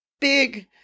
big